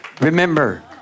Remember